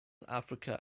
africa